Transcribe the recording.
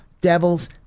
Devils